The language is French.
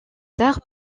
tard